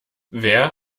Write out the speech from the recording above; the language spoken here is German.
wer